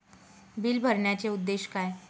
Bill भरण्याचे उद्देश काय?